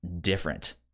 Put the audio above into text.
different